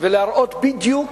ולהראות בדיוק